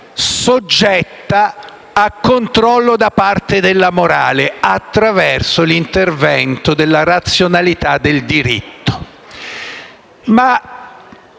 soggetta a controllo da parte della morale attraverso l'intervento della razionalità del diritto.